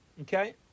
Okay